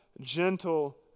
gentle